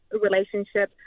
relationship